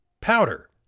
powder